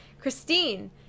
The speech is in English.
Christine